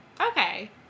Okay